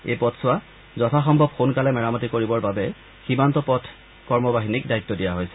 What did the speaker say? এই পথছোৱা যথাসম্ভৱ সোনকালে মেৰামতি কৰিবৰ বাবে সীমান্ত পথ কৰ্মবাহিনীক দায়িত্ব দিয়া হৈছে